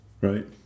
right